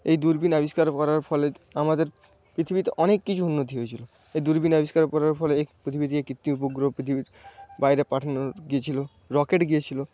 এই দূরবীন আবিষ্কার করার ফলে আমাদের পৃথিবীতে অনেক কিছু উন্নতি হয়েছিল এই দূরবীন আবিষ্কার করার ফলে পৃথিবীতে কৃত্রিম উপগ্রহ পৃথিবীর বাইরে পাঠানো গিয়েছিল রকেট গিয়েছিল